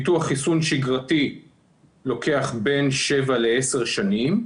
פיתוח חיסון שגרתי לוקח בין שבע ל-10 שנים,